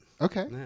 Okay